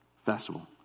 festival